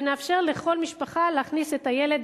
ונאפשר לכל משפחה להכניס את הילד,